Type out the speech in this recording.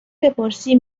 بپرسی